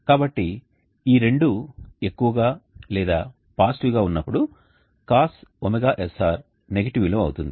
కాబట్టి ఈ రెండూ ఎక్కువగా లేదా పాజిటివ్ గా ఉన్నప్పుడు cos ωsr నెగటివ్ విలువ అవుతుంది